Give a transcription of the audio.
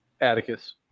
Atticus